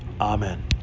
Amen